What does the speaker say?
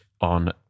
on